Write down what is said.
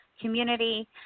community